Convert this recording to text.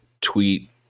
tweet